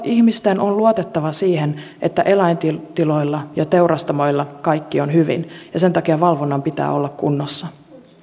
ihmisten on luotettava siihen että eläintiloilla ja teurastamoilla kaikki on hyvin ja sen takia valvonnan pitää olla kunnossa